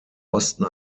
osten